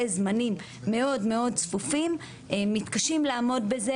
זמנים מאוד מאוד צפופים מתקשים לעמוד בזה,